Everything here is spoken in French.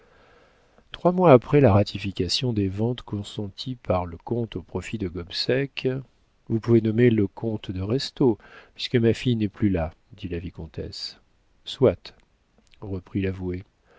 trois mois après la ratification des ventes consenties par le comte au profit de gobseck vous pouvez nommer le comte de restaud puisque ma fille n'est plus là dit la vicomtesse soit reprit l'avoué